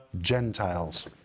Gentiles